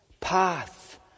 path